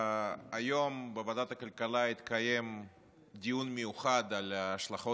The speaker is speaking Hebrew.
היום בוועדת הכלכלה התקיים דיון מיוחד על ההשלכות